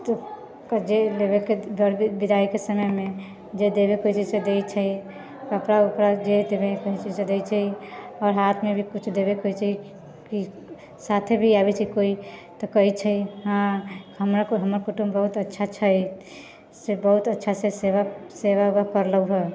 तऽ जेबैके विदाइके समयमे जे देबैके होइ छै से दै छै कपड़ा वपड़ा जे देबैके होइ छै से दै छै आओर हाथमे भी कुछ देबैके होइ छै कि साथे भी आबै छै कोइ तऽ कहै छै हँ हमरामे हमर कुटुम्ब बहुत अच्छा छै से बहुत अच्छासँ सेवा सेवा उवा करलो हँ